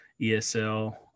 ESL